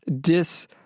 dis